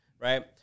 right